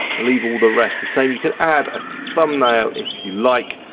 leave all the rest the same, you can add a thumbnail if you like,